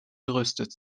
gerüstet